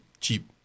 cheap